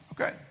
okay